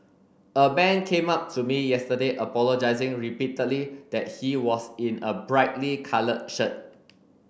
a man came up to me yesterday apologising repeatedly that he was in a brightly coloured shirt